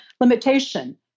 limitation